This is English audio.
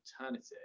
alternative